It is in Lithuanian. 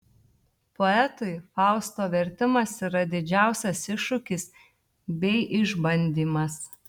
poetui fausto vertimas yra didžiausias iššūkis bei išbandymas